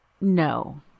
No